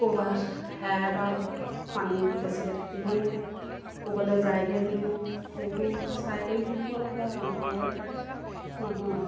ক'ৰবাত হেৰাই বা পানীত বেছিকৈ থাকিলেও ক'ৰবালৈ যায়গৈ বুলিও সেইবোৰ চাই কৰি থাকিব লাগে আৰু নহ'লে নহয়